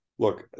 Look